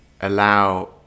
allow